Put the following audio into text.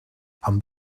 amb